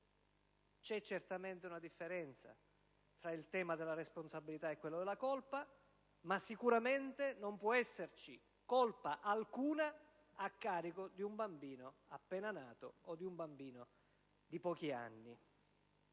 C'è certamente una differenza fra il tema della responsabilità e quello della colpa, ma sicuramente non può esserci colpa alcuna a carico di un bambino appena nato o di un bambino di pochi anni.